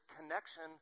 connection